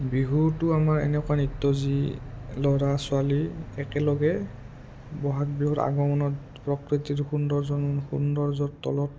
বিহুটো আমাৰ এনেকুৱা নৃত্য যি ল'ৰা ছোৱালী একেলগে বহাগ বিহুৰ আগমনত প্ৰকৃতিৰ সৌন্দৰ্য সৌন্দৰ্যৰ তলত